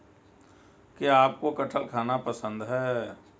क्या आपको कठहल खाना पसंद है?